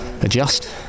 adjust